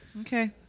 Okay